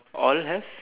all have